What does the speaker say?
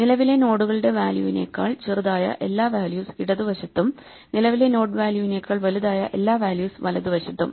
നിലവിലെ നോഡുകളുടെ വാല്യൂവിനെക്കാൾ ചെറുതായ എല്ലാ വാല്യൂസ് ഇടതുവശത്തും നിലവിലെ നോഡ് വാല്യൂവിനേക്കാൾ വലുതായ എല്ലാ വാല്യൂസ് വലതുവശത്തും